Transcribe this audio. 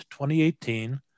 2018